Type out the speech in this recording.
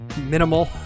minimal